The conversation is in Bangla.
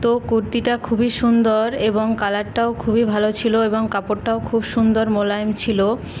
তো কুর্তিটা খুবই সুন্দর ও কালারটাও খুবই ভালো ছিলো এবং কাপড়টাও খুব সুন্দর মোলায়েম ছিল